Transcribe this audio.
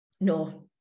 No